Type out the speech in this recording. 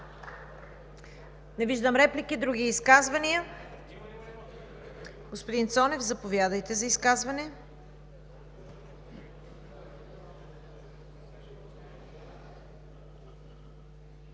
Не виждам. Други изказвания? Господин Цонев, заповядайте за изказване.